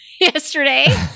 yesterday